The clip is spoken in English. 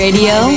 Radio